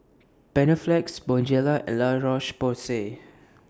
Panaflex Bonjela and La Roche Porsay